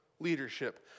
Leadership